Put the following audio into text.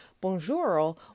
Bonjour